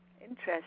interesting